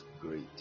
great